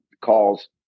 calls